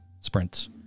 sprints